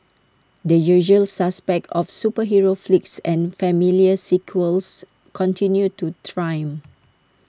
the usual suspects of superhero flicks and familiar sequels continued to triumph